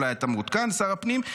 אולי אתה מעודכן שר הפנים,